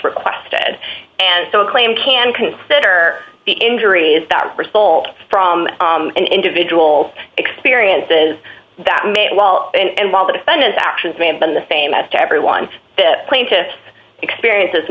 requested and so claim can consider the injuries that result from an individual experiences that may well end while the defendant's actions may have been the same as to everyone plaintiff's experiences